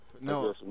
No